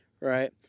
Right